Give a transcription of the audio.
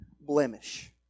blemish